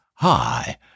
Hi